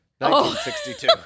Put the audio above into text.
1962